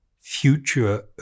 future